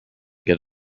get